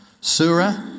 Surah